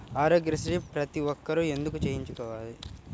ఆరోగ్యశ్రీ ప్రతి ఒక్కరూ ఎందుకు చేయించుకోవాలి?